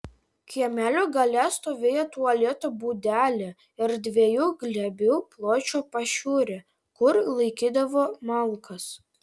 kiemelio gale stovėjo tualeto būdelė ir dviejų glėbių pločio pašiūrė kur laikydavo malkas